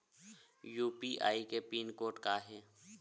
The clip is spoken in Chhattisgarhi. यू.पी.आई के पिन कोड का हे?